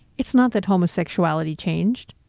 it's not that homosexuality changed.